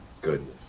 goodness